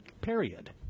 Period